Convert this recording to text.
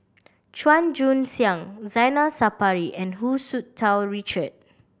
Chua Joon Siang Zainal Sapari and Hu Tsu Tau Richard